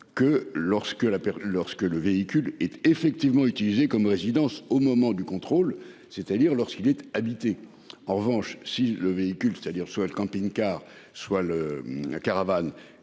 lorsque le véhicule est effectivement utilisées comme résidence au moment du contrôle, c'est-à-dire lorsqu'il était habité. En revanche, si le véhicule, c'est-à-dire soit le camping-car soit le. La caravane